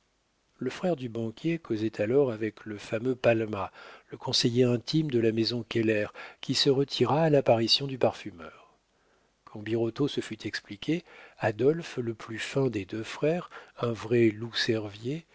le frère du banquier causait alors avec le fameux palma le conseiller intime de la maison keller qui se retira à l'apparition du parfumeur quand birotteau se fut expliqué adolphe le plus fin des deux frères un vrai